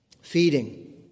Feeding